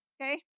Okay